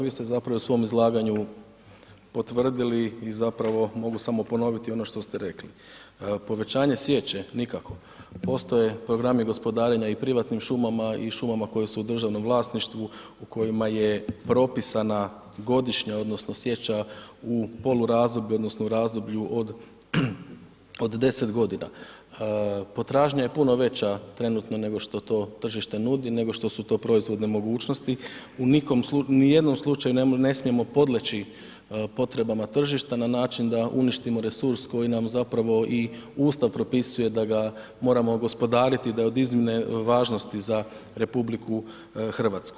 Kolega Felak, vi ste zapravo u svom izlaganju potvrdili i zapravo mogu samo ponoviti ono što ste rekli, povećanje sječe nikako, postoje programi gospodarenja i u privatnim šumama i šumama koje su u državnom vlasništvu u kojima je propisana godišnja odnosno sječa u polurazdoblju odnosno u razdoblju od, od 10.g., potražnja je puno veća trenutno nego što to tržište nudi, nego što su to proizvodne mogućnosti, u nikom slučaju, ni u jednom slučaju ne smijemo podleći potrebama tržišta na način da uništimo resurs koji nam zapravo i Ustav propisuje da ga moramo gospodariti i da je od iznimne važnosti za RH.